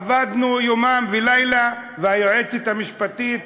עבדנו יומם ולילה, והיועצת המשפטית,